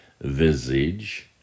visage